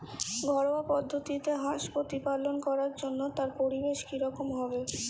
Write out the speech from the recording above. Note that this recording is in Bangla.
ঘরোয়া পদ্ধতিতে হাঁস প্রতিপালন করার জন্য তার পরিবেশ কী রকম হবে?